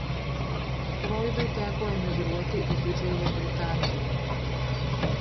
froidui teko emigruoti į didžiąją britaniją